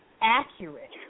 accurate